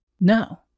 No